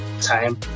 time